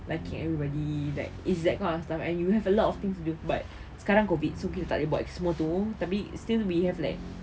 like everybody like is that kind of stuff and you will have a lot of things do but sekarang COVID so kita tak ada buat semua tu tapi we still have like